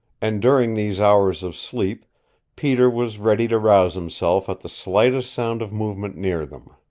and during these hours of sleep peter was ready to rouse himself at the slightest sound of movement near them.